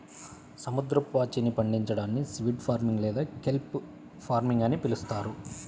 సముద్రపు పాచిని పండించడాన్ని సీవీడ్ ఫార్మింగ్ లేదా కెల్ప్ ఫార్మింగ్ అని పిలుస్తారు